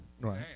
Right